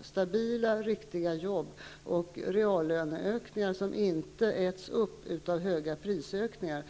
stabila, riktiga jobb och reallöneökningar som inte äts upp av stora prisökningar.